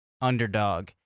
underdog